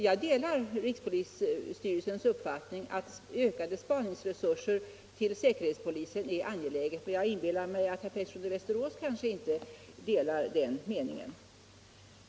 Jag delar rikspolischefens uppfattning att ökade spaningsresurser till säkerhetspolisen är angelägna, men jag inbillar mig att herr Pettersson i Västerås kanske inte delar den meningen.